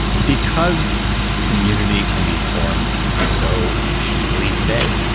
because community can be formed so cheaply today.